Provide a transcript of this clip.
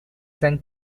san